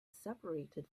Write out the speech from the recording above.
separated